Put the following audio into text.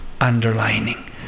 underlining